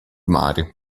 mare